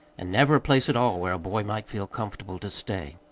and never a place at all where a boy might feel comfortable to stay.